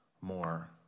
more